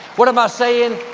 what am i saying?